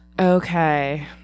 Okay